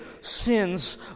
sins